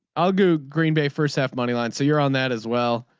i'll go green bay first half moneyline. so you're on that as well.